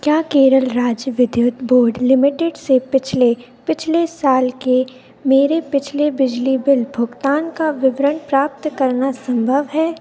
क्या केरल राज्य विद्युत बोर्ड लिमिटेड से पिछले पिछले साल के मेरे पिछले बिजली बिल भुगतान का विवरण प्राप्त करना संभव है